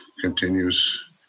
continues